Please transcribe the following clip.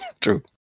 True